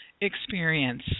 experience